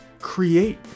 create